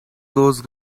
those